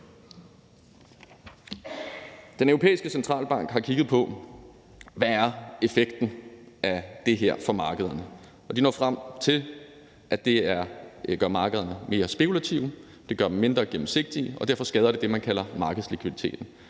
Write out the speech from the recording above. Den Europæiske Centralbank har kigget på, hvad effekten af det her er for markederne, og de er nået frem til, at det gør markederne mere spekulative og mindre gennemsigtige, og derfor skader det det, man kalder markedslikviditeten,